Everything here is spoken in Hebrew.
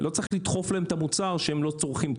לא צריך לדחוף להם את המוצר שהם לא צורכים.